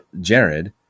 Jared